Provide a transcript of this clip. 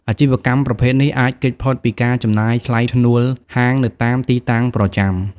អាជីវកម្មប្រភេទនេះ អាចគេចផុតពីការចំណាយថ្លៃឈ្នួលហាងនៅតាមទីតាំងប្រចាំ។